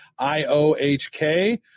IOHK